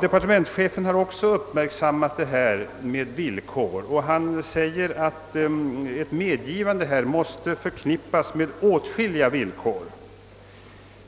Departementschefen har även uppmärksammat de ställda villkoren, och han uttalar att ett medgivande av intrånget måste förknippas med åtskilliga villkor.